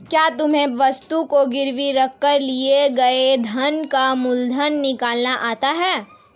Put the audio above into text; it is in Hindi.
क्या तुम्हें वस्तु को गिरवी रख कर लिए गए ऋण का मूलधन निकालना आता है?